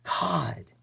God